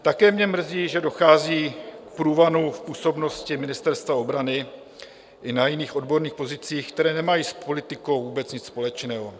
Také mě mrzí, že dochází k průvanu v působnosti Ministerstva obrany i na jiných odborných pozicích, které nemají s politikou vůbec nic společného.